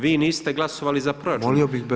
Vi niste glasovali za proračun.